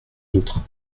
d’autres